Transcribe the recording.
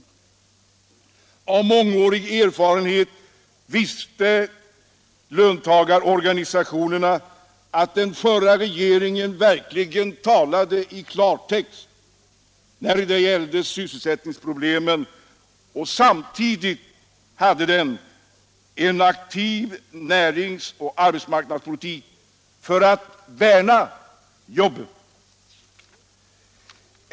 Av mångårig erfarenhet visste löntagarorganisationerna att den förra regeringen verkligen talade i klartext när det gällde sysselsättningsproblemet, och samtidigt drev den en aktiv närings och arbetsmarknadspolitik för att värna om jobben.